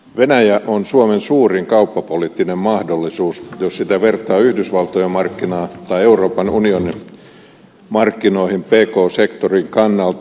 venäjä on suomen suurin kauppapoliittinen mahdollisuus jos sitä vertaa yhdysvaltojen markkinoihin tai euroopan unionin markkinoihin pk sektorin kannalta